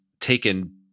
taken